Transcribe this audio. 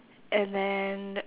and then